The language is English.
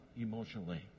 emotionally